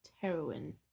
heroin